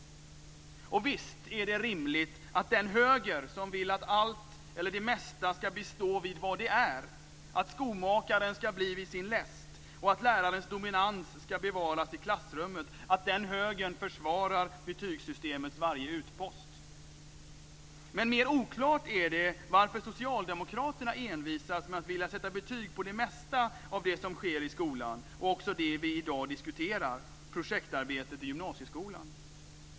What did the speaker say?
Visst är det rimligt att den höger som vill att det mesta ska bestå vid vad det är, att skomakaren ska bli vid sin läst och att lärarens dominans ska bevaras i klassrummet, försvarar betygssystemets varje utpost. Men mer oklart är det varför socialdemokraterna envisas med att vilja sätta betyg på det mesta av det som sker i skolan, också det vi i dag diskuterar, projektarbetet i gymnasieskolan.